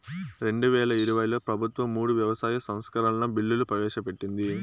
రెండువేల ఇరవైలో ప్రభుత్వం మూడు వ్యవసాయ సంస్కరణల బిల్లులు ప్రవేశపెట్టింది